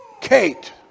Kate